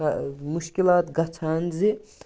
مُشکِلات گَژھان زِ